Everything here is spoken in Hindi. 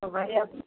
तो वही अब